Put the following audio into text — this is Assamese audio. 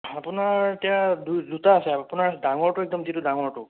আপোনাৰ এতিয়া দুটা আছে আপোনাৰ ডাঙৰটো একদম যিটো ডাঙৰটো